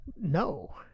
no